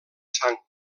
sang